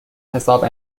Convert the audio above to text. حساب